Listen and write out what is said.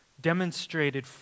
demonstrated